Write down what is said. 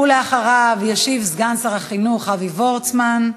ואחריו ישיב סגן שר החינוך אבי וורצמן,